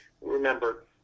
remember